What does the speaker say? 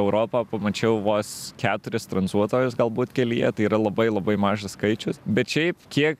europą pamačiau vos keturis tranzuotojus galbūt kelyje tai yra labai labai mažas skaičius bet šiaip kiek